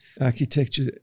architecture